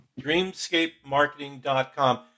dreamscapemarketing.com